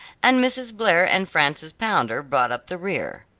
and mrs. blair and frances pounder brought up the rear,